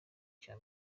cya